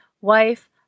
wife